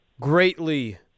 greatly